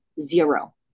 zero